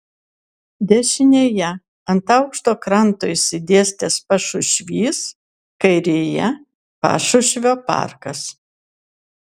dešinėje ant aukšto kranto išsidėstęs pašušvys kairėje pašušvio parkas